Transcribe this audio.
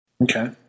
Okay